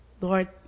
Lord